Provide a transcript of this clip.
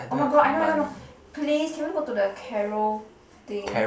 oh-my-god I know I know I know please can we go the carol thing